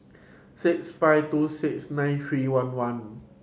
six five two six nine three one one